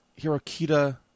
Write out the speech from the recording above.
Hirokita